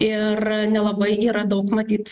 ir nelabai yra daug matyt